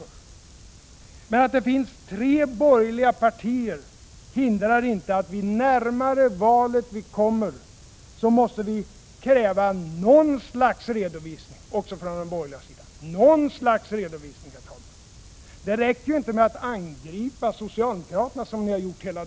Men att det finns tre borgerliga partier hindrar inte att vi, ju närmare valet vi kommer, måste kräva något slags redovisning också från den borgerliga sidan. Det räcker inte att angripa socialdemokraterna, som ni har gjort i dag.